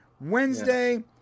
Wednesday